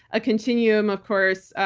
a continuum, of course,